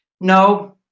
No